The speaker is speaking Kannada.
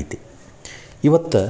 ಐತಿ ಇವತ್ತು